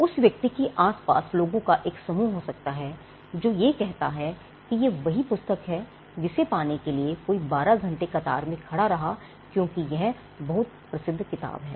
उस व्यक्ति के आस पास लोगों का एक समूह हो सकता है जो यह कहता है कि यह वही पुस्तक है जिसे पाने के लिए कोई 12 घंटे कतार में खड़ा रहा क्योंकि यह है बहुत प्रसिद्ध किताब है